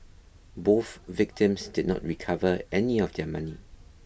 both victims did not recover any of their money